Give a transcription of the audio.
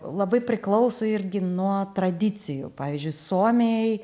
labai priklauso irgi nuo tradicijų pavyzdžiui suomiai